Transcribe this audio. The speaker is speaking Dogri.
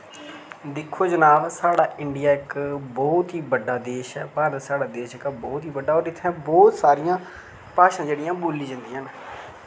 दिक्खो जनाब साढ़ा इंडिया इक बहुत ही बड्डा देश ऐ भारत साढ़ा देश जेह्का बहुत ही बड्डा होर इत्थें बहुत सारियां भाशां जेह्ड़ियां बोली जन्दियां न